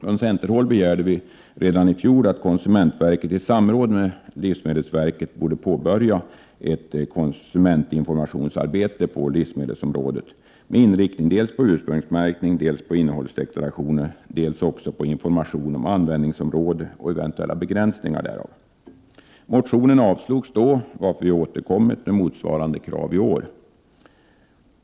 Från centerhåll begärde vi redan i fjol att konsumentverket i samråd med livsmedelsverket skulle påbörja ett konsumentinformationsarbete på livsmedelsområdet med inriktning dels på ursprungsmärkning, dels på innehållsdeklarationer, dels också på information om användningsområde, och eventuella begränsningar därav. Motionen avslogs då, varför vi har återkom mit med motsvarande krav i år.